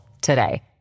today